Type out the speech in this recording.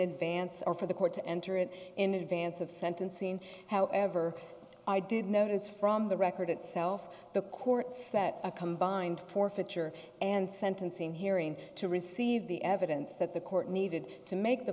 advance or for the court to enter it in advance of sentencing however i did notice from the record itself the court set a combined forfeiture and sentencing hearing to receive the evidence that the court needed to make the